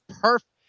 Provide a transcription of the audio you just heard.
perfect